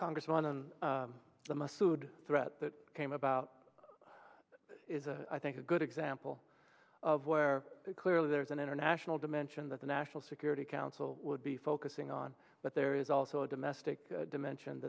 congress run on the mustard threat that came about is a i think a good example of where clearly there is an international dimension that the national security council would be focusing on but there is also a domestic dimension